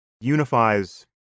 unifies